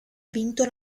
vinto